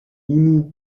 unu